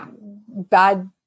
bad